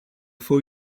for